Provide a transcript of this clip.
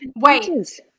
wait